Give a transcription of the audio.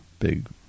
big